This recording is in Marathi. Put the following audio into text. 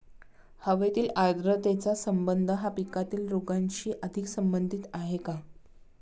हवेतील आर्द्रतेचा संबंध हा पिकातील रोगांशी अधिक संबंधित आहे का?